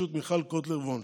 בראשות מיכל קוטלר וונש.